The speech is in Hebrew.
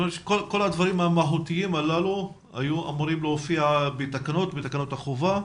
כל הדברים המהותיים הללו היו אמורים להופיע בתקנות החובה.